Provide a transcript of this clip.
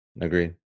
Agreed